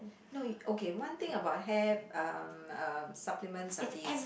no okay one thing about hair um um supplements are these